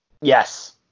Yes